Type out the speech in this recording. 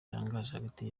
hagati